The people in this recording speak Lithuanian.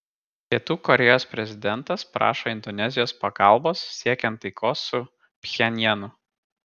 pietų korėjos prezidentas prašo indonezijos pagalbos siekiant taikos su pchenjanu